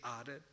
added